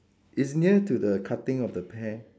it's near to the cutting of the pear